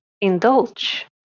indulge